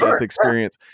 experience